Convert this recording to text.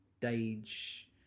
stage